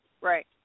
right